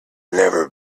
never